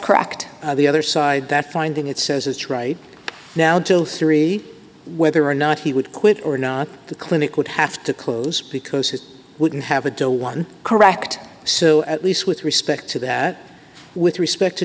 cracked the other side that finding it says it's right now till three whether or not he would quit or not the clinic would have to close because he wouldn't have a deal one correct so at least with respect to that with respect to